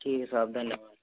ठीक है साहब धन्यवाद